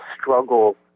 struggle